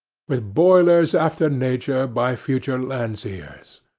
with boilers after nature by future landseers.